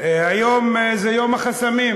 היום זה יום החסמים.